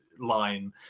line